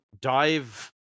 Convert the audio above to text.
Dive